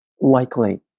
likely